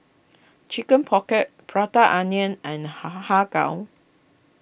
Chicken Pocket Prata Onion and Har Har Har Kow